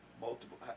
multiple